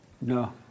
No